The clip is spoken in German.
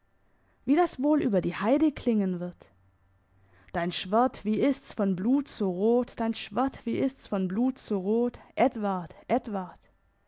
wie das wohl über die heide klingen wird dein schwert wie ist's von blut so rot dein schwert wie ist's von blut so rot edward edward